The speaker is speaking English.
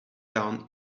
down